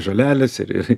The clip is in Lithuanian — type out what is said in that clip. žolelės ir ir